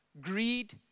greed